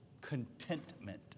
contentment